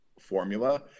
formula